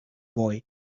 boy